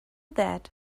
that